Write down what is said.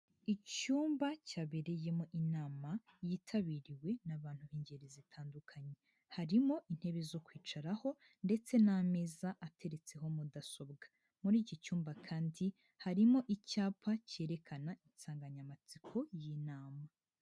Icyumba cyabereyemo inama, yitabiriwe n'abantu b'ingeri zitandukanye. Harimo intebe zo kwicaraho ndetse n'ameza ateretseho mudasobwa. Muri iki cyumba kandi, harimo icyapa cyerekana insanganyamatsiko y'inama.